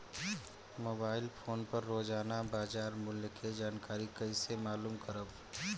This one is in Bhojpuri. मोबाइल फोन पर रोजाना बाजार मूल्य के जानकारी कइसे मालूम करब?